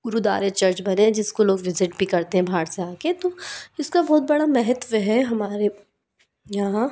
गुरुदारे church भरे हैं जिसको लोग विज़िट भी करते हैं बाहर से आ के तो इसका बहुत बड़ा महत्व है हमारे यहाँ